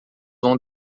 vão